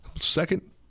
second